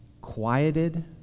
quieted